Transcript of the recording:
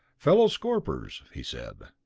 fellow scorpers, he said,